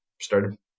started